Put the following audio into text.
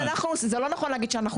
זה לא נכון להגיד את זה.